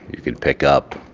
you could pick up,